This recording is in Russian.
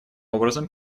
образом